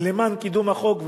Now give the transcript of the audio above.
למען קידום החוק,